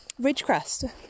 Ridgecrest